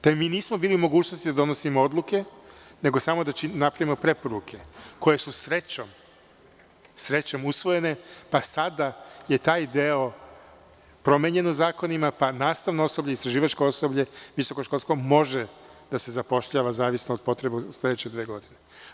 Te mi nismo bili u mogućnosti da donosimo odluke nego samo da napravimo preporuke koje su srećom usvojene, pa sada je taj deo promenjen u zakonima, pa nastavno osoblje, istraživačko osoblje, visoko školsko može da se zapošljava, zavisno od potreba u sledeće dve godine.